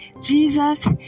Jesus